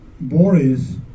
Boris